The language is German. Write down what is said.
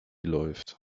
läuft